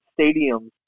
stadiums